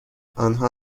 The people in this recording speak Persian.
آنها